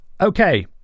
okay